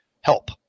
help